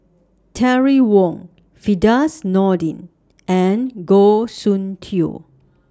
Terry Wong Firdaus Nordin and Goh Soon Tioe